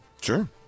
Sure